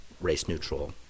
race-neutral